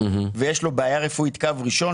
ויש לו בעיה רפואית קו ראשון,